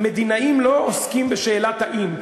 מדינאים לא עוסקים בשאלת "האם",